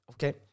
Okay